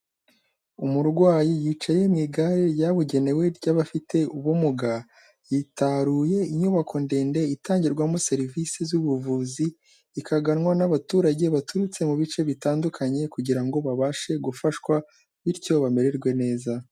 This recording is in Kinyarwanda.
Umurwayi yicaye mu igare ryabugenewe ry'abafite ubumuga yitaruye inyubako ndende itangirwamo serivisi z'ubuvuzi ikaganwa n'abaturage baturutse mu bice bitandukanye kugira ngo babashe gufashwa bityo bamererwe neza.